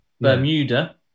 Bermuda